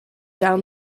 down